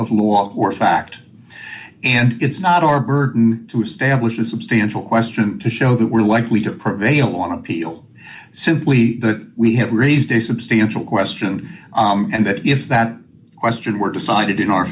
of law or fact and it's not our burden to establish a substantial question to show that we're likely to prevail on appeal simply that we have raised a substantial question and that if that question were decided in our